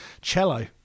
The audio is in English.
cello